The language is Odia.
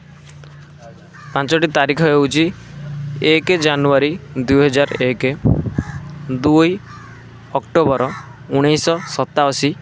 ପାଞ୍ଚଟି ତାରିଖ ହେଉଛି ଏକ ଜାନୁୟାରୀ ଦୁଇ ହଜାର ଏକ ଦୁଇ ଅକ୍ଟୋବର ଉଣେଇଶି ଶହ ସତାଅଶୀ